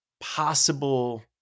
possible